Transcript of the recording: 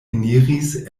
eniris